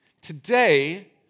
today